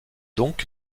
donc